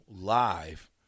live